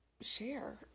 share